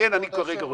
ולכן אני כרגע רוצה,